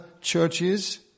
churches